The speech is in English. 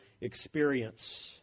experience